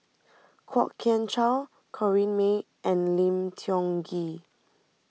Kwok Kian Chow Corrinne May and Lim Tiong Ghee